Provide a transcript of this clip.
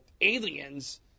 aliens